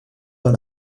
dans